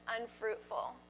unfruitful